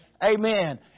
Amen